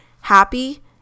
happy